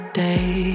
day